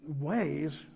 ways